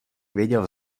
věděl